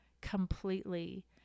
completely